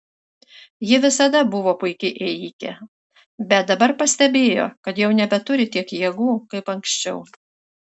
ji visada buvo puiki ėjike bet dabar pastebėjo kad jau nebeturi tiek jėgų kaip anksčiau